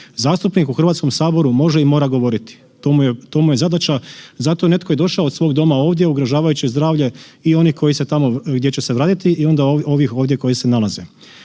Zastupnik u HS-u može i mora govoriti, to mu je zadaća. Zato je netko i došao od svog doma ovdje, ugrožavajući zdravlje i oni koji se tamo, gdje će se vratiti, i onda ovih ovdje koji se nalaze.